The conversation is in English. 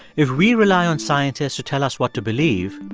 if we rely on scientists to tell us what to believe,